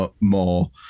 more